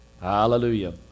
hallelujah